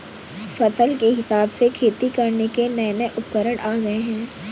फसल के हिसाब से खेती करने के नये नये उपकरण आ गये है